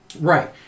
Right